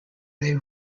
they